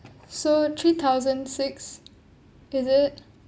so three thousand six is it